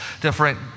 different